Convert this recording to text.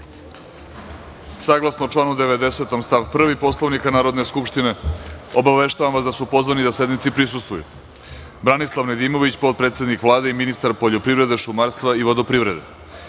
reda. Saglasno članu 90. stav 1. Poslovnika Narodne skupštine, obaveštavam vas da su pozvani da sednici prisustvuju, Branislav Nedimović, potpredsednik Vlade i ministar poljoprivrede, šumarstva i vodoprivrede,